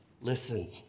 listen